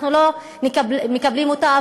אנחנו לא מקבלים אותה,